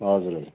हजुर हजुर